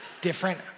Different